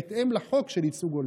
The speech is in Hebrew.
בהתאם לחוק של ייצוג הולם?